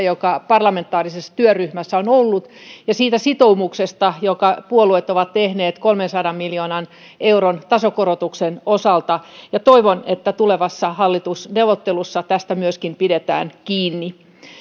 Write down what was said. joka parlamentaarisessa työryhmässä on ollut ja siitä sitoumuksesta jonka puolueet ovat tehneet kolmensadan miljoonan euron tasokorotuksen osalta ja toivon että tulevissa hallitusneuvotteluissa tästä myöskin pidetään kiinni